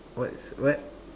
what's what